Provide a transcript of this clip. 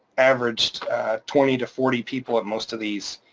averaged twenty to forty people at most of these.